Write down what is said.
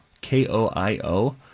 K-O-I-O